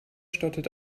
stattet